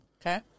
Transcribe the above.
Okay